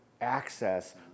access